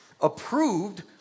Approved